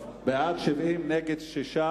בעד, 70, נגד, 6,